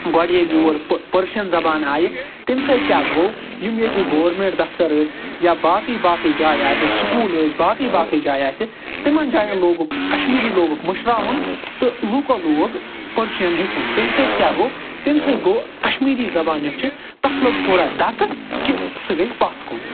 گۄڈٕ ییٚلہِ یور پٔرشَن زَبان آیہِ تَمہِ سۭتۍ کیٛاہ گوٚو یِم ییٚتِکۍ گورمٮ۪نٹ دَرفتر ٲسۍ یا باقٕے باقٕے جایہِ آسہٕ سکوٗل ٲسۍ باقٕے باقٕے جایہِ آسہِ تِمَن جاین لوگُکھ کَشمیٖری لوگُکھ مٔشراوُن تہٕ لوٗکُو لوگ پٔرشَن ہیٚچھُن تَمہِ سۭتۍ کیاہ گوٚو تَمہِ سۭتۍ گوٚو کَشمیٖرِ زَبان یۄس چھِ تَتھ لوگ تھوڑا دَکہٕ تہٕ سۄ گٔے پَتھ کُن